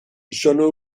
sono